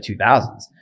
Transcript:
2000s